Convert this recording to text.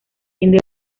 fin